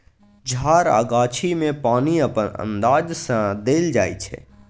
झार आ गाछी मे पानि अपन अंदाज सँ देल जाइ छै